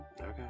Okay